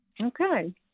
Okay